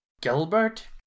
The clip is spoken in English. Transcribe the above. Gilbert